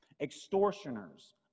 Extortioners